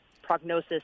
Prognosis